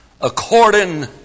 according